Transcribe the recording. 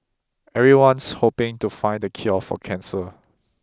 everyone's hoping to find the cure for cancer